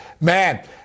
man